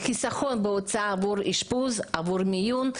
היה חיסכון בהוצאה עבור אשפוז ועבור מיון.